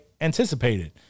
Anticipated